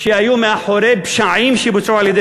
שהיו מאחורי פשעים שבוצעו על-ידי